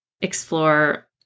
explore